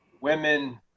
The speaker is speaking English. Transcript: women